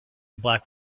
black